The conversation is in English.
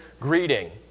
greeting